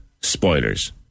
spoilers